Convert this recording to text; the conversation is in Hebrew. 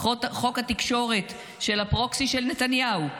חוק התקשורת של הפרוקסי של נתניהו,